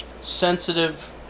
sensitive